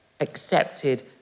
accepted